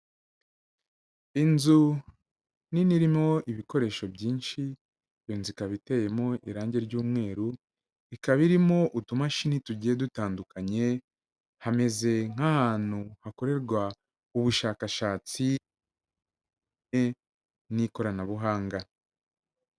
Inzu nini irimo ibikoresho byinshi, iyo nzu ikaba iteyemo irangi ry'umweru, ikaba irimo utumashini tugiye dutandukanye, hameze nk'ahantu hakorerwa ubushakashatsi n'ikoranabuhanga.